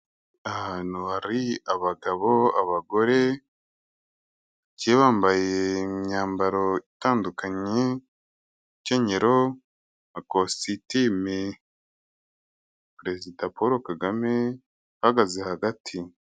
Ahantu hari abagabo abagore bagiye bambaye imyambaro itandukanye, imikenyero na kositime, perezida Paul kagame ahagaze hagati